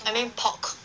I mean pork